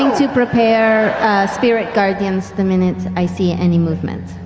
um to prepare spirit guardians the minute i see any movement.